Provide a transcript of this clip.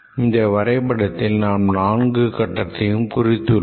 இந்த வரைபடத்தில் நாம் நான்கு கட்டத்தையும் குறித்துள்ளோம்